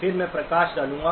फिर से प्रकाश डालूंगा